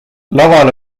laval